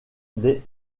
des